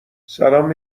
سلام